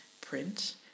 print